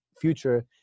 future